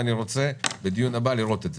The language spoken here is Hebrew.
אני רוצה בדיון הבא לראות את זה.